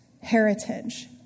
heritage